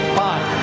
five